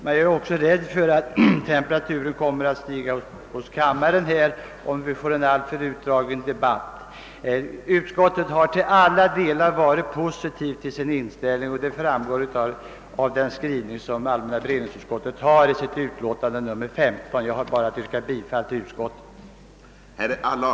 Jag är rädd för att temperaturen kommer att stiga också hos kammarens ledamöter, om vi får en alltför utdragen debatt. Allmänna beredningsutskottet har till alla delar haft en positiv inställning, något som framgår av utskottets skrivning i dess utlåtande nr 15. Herr talman! Jag ber att få yrka bifall till utskottets hemställan.